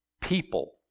people